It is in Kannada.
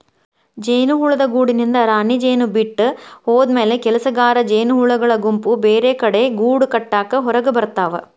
ಜೇನುಹುಳದ ಗೂಡಿನಿಂದ ರಾಣಿಜೇನು ಬಿಟ್ಟ ಹೋದಮ್ಯಾಲೆ ಕೆಲಸಗಾರ ಜೇನಹುಳಗಳ ಗುಂಪು ಬೇರೆಕಡೆ ಗೂಡಕಟ್ಟಾಕ ಹೊರಗಬರ್ತಾವ